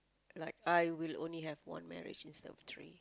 like I would only have one marriage instead of three